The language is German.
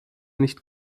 nicht